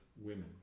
women